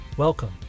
Welcome